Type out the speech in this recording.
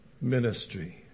ministry